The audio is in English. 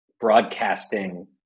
broadcasting